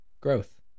growth